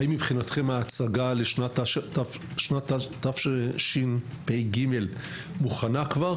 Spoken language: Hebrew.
האם מבחינתכם ההצגה לשנת תשפ"ג מוכנה כבר?